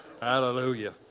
Hallelujah